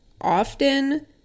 Often